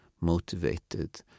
motivated